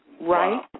Right